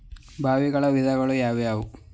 ಬಾವಿಗಳ ವಿಧಗಳು ಯಾವುವು?